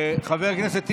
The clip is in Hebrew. חבר הכנסת טיבי,